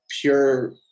pure